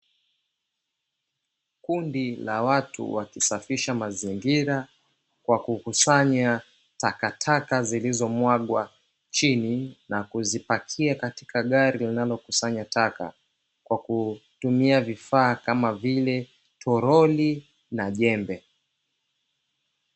Kundi la watu wakisafisha mazingira, kwa kukusanya takataka zilizomwagwa chini, na kuzipakia katika gari linalokusanya taka kwa kutumia vifaa kama vile torori na jembe.